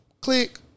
Click